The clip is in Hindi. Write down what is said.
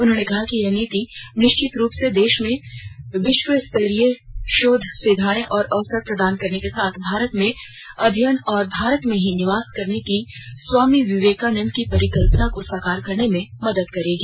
उन्होंने कहा कि यह नीति निश्चित रूप से देश में विश्वं स्तरीय शोध सुविधाएं और अवसर प्रदान करने के साथ भारत में अध्ययन और भारत में ही निवास करने की स्वामी विवेकानंद की परिकल्पना को साकार करने में मदद करेगी